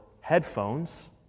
headphones